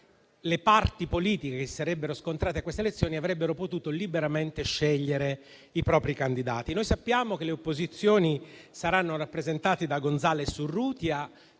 le parti politiche che si sarebbero scontrate in queste elezioni avrebbero potuto liberamente scegliere i propri candidati. Noi sappiamo che le opposizioni saranno rappresentati da González Urrutia,